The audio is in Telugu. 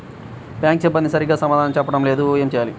బ్యాంక్ సిబ్బంది సరిగ్గా సమాధానం చెప్పటం లేదు ఏం చెయ్యాలి?